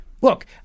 look